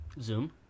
zoom